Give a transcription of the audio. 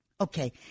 Okay